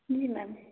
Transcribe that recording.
जी ma'am